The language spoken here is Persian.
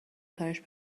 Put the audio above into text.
کارش